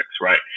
right